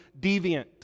deviant